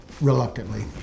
reluctantly